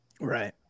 Right